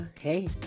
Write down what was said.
hey